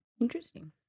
Interesting